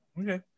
Okay